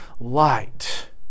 light